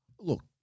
Look